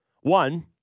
One